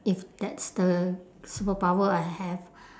if that's the superpower I have